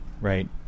right